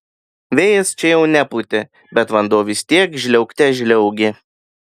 vėjas čia jau nepūtė bet vanduo vis tiek žliaugte žliaugė